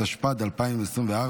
התשפ"ד 2024,